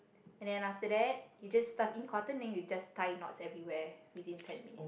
and then after that you just stuff in cotton then you just tie knots everywhere within ten minute